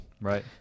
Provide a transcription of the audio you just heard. Right